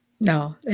No